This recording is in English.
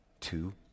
two